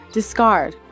Discard